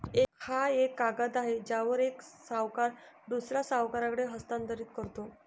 हा एक कागद आहे ज्यावर एक सावकार दुसऱ्या सावकाराकडे हस्तांतरित करतो